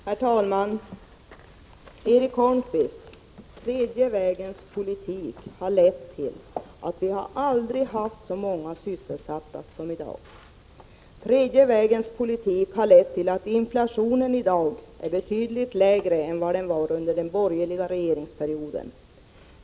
Herr talman! Till Erik Holmkvist: Tredje vägens politik har lett till att vi aldrig haft så många sysselsatta som i dag. Tredje vägens politik har lett till att inflationen i dag är betydligt lägre än den var under den borgerliga regeringsperioden.